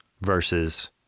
versus